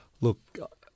Look